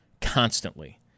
constantly